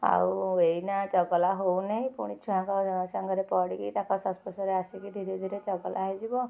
ଆଉ ଏଇନା ଚଗଲା ହଉ ନେଇ ପୁଣି ଛୁଆଙ୍କ ସାଙ୍ଗରେ ପଡ଼ିକି ତାଙ୍କ ସଂସ୍ପର୍ଶରେ ଆସିକି ଧୀରେ ଧୀରେ ଚଗଲା ହେଇଯିବ